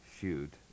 Shoot